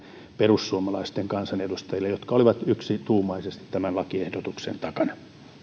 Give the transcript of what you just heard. perussuomalaisten kansanedustajille jotka olivat yksituumaisesti tämän lakiehdotuksen takana